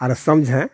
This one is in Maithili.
आओर समझे